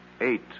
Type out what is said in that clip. Eight